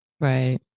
Right